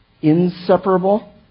inseparable